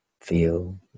Feel